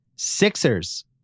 Sixers